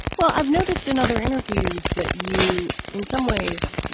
well, i've noticed in other interviews that you in some ways,